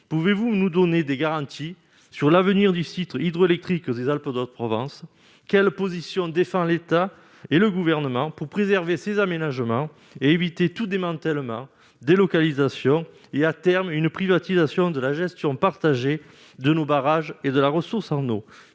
pouvez-vous nous donner des garanties sur l'avenir du site hydroélectrique des Alpes-de-Haute-Provence, quelle position défend l'État et le gouvernement pour préserver ces aménagements et éviter tout démantèlement délocalisation il y à terme une privatisation de la gestion partagée de nos barrages et de la ressource en eau,